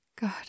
God